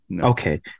Okay